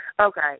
Okay